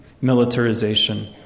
militarization